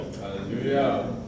Hallelujah